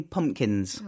Pumpkins